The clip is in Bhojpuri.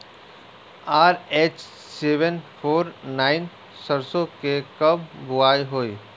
आर.एच सेवेन फोर नाइन सरसो के कब बुआई होई?